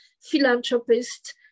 philanthropist